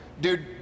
Dude